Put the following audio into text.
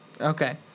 Okay